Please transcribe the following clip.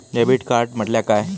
Debit card म्हटल्या काय?